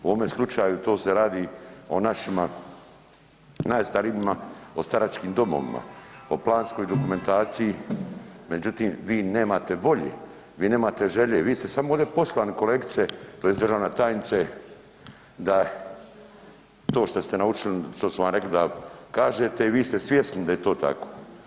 U ovome slučaju to se radi o našima najstarijima, o staračkim domovima, o planskoj dokumentaciji, međutim vi nemate volje, vi nemate želje, vi ste samo ovde poslani kolegice tj. državna tajnice, da to što ste naučili što su vam rekli da kažete i vi ste svjesni da je to tako.